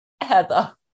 Heather